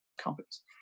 companies